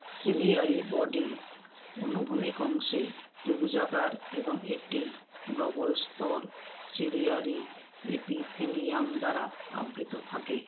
ciliary body অনুভূমিক অংশে ত্রিভূজাকার এবং একটি ডবল স্তর সিলিয়ারি এপিথেলিয়াম দ্বারা আবৃত থাকে